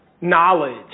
knowledge